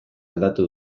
aldatu